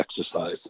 exercise